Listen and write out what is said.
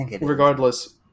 regardless